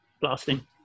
Blasting